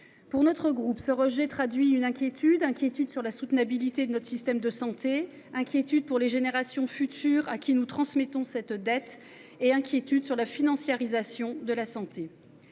Pour notre groupe, ce rejet traduit notre inquiétude sur la soutenabilité de notre système de santé, notre inquiétude pour les générations futures, à qui nous transmettons cette dette, et notre inquiétude relative à une financiarisation de la santé.